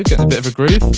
yeah a bit of a groove.